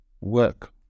work